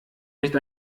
nicht